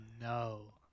no